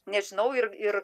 nežinau ir ir